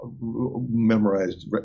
memorized